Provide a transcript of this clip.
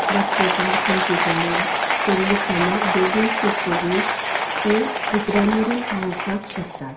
लॅपटॉपार कंप्युटरार केल्लीं कामां बेगीन सोंपोवून तीं दुसऱ्या मेरेन पावोवपाक शकतात